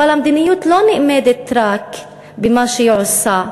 אבל המדיניות לא נאמדת רק במה שהיא עושה,